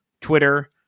Twitter